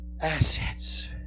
assets